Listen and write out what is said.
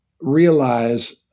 realize